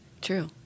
true